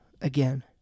again